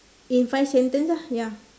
in five sentence lah ya